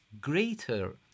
greater